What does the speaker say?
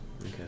Okay